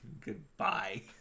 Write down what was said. Goodbye